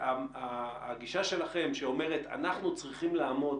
הגישה שלכם שאומרת "אנחנו צריכים לעמוד